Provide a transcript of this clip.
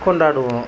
கொண்டாடுவோம்